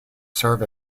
serve